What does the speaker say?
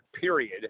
period